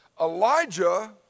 Elijah